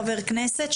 חבר כנסת.